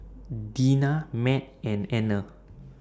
Dena Mat and Anner